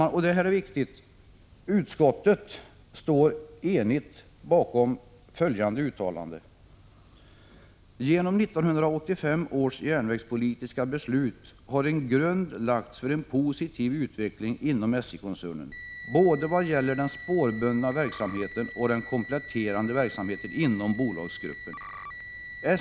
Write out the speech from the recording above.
Men, och det är viktigt, utskottet står enigt bakom följande uttalande: Genom 1985 års järnvägspolitiska beslut har en grund lagts för en positiv utveckling inom SJ-koncernen — både vad gäller den spårbundna verksamheten och vad gäller den kompletterande verksamheten inom bolagsgruppen.